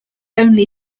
only